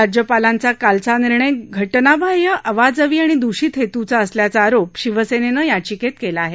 राज्यपालांचा कालचा निर्णय घटनाबाह्य अवाजवी आणि दूषित हेतूचा असल्याचा आरोप शिवसेनेनं याचिकेत केला आहे